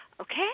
Okay